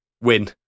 win